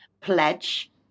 pledge